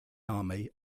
army